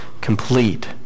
Complete